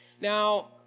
Now